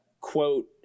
quote